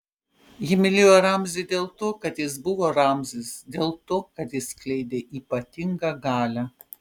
ji mylėjo ramzį dėl to kad jis buvo ramzis dėl to kad jis skleidė ypatingą galią